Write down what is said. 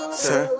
sir